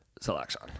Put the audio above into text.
selection